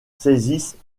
saisissent